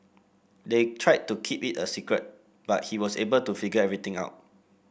they tried to keep it a secret but he was able to figure everything out